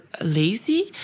lazy